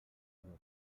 vont